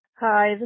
Hi